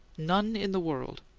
none in the world!